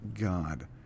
God